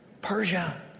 Persia